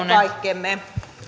kaikkemme arvoisa